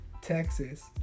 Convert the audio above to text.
Texas